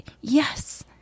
yes